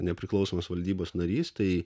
nepriklausomas valdybos narys tai